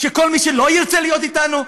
כל מי שלא ירצה להיות אתנו,